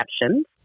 exceptions